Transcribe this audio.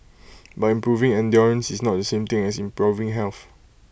but improving endurance is not the same thing as improving health